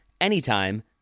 anytime